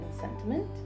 sentiment